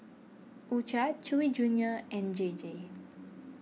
U Cha Chewy Junior and J J